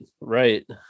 Right